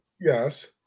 Yes